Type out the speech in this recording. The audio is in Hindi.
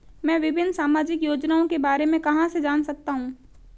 मैं विभिन्न सामाजिक योजनाओं के बारे में कहां से जान सकता हूं?